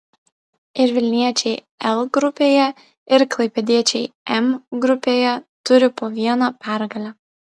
ir vilniečiai l grupėje ir klaipėdiečiai m grupėje turi po vieną pergalę